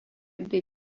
bei